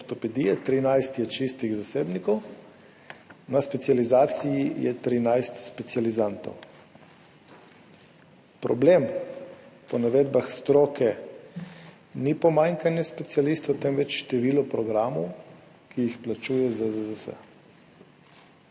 13 je čistih zasebnikov, na specializaciji je 13 specializantov. Problem, po navedbah stroke, ni pomanjkanje specialistov, temveč število programov, ki jih plačuje ZZZS.